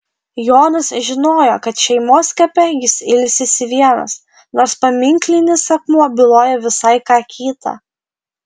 jonas žinojo kad šeimos kape jis ilsisi vienas nors paminklinis akmuo byloja visai ką kita